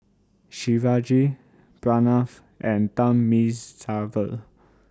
Shivaji Pranav and Thamizhavel